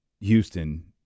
Houston